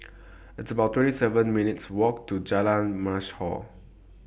It's about twenty seven minutes' Walk to Jalan Mashhor